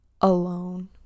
alone